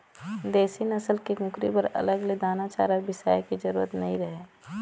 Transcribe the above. देसी नसल के कुकरी बर अलग ले दाना चारा बिसाए के जरूरत नइ रहय